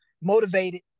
motivated